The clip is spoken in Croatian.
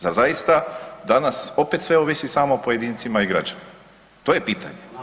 Zar zaista danas opet sve ovisi samo o pojedincima i građanima, to je pitanje.